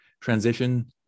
transition